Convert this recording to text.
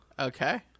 Okay